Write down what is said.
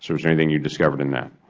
sort of anything you discovered in that?